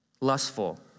lustful